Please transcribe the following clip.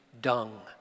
dung